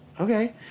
Okay